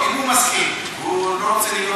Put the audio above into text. אתה מסכים, אז למה צריך הצעת חוק?